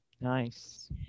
Nice